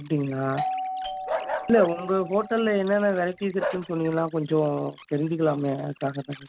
அப்படிங்களா இல்லை உங்கள் ஹோட்டலில் என்னென்ன வெரைட்டீஸ் இருக்குதுன்னு சொன்னீங்கன்னால் கொஞ்சம் தெரிஞ்சிக்கலாமே அதுக்காக தான் கேட்